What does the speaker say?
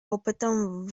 опытом